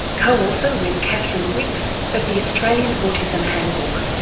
co-author with kathryn wicks of the australian autism handbook.